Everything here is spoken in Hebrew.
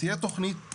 ותהיה תכנית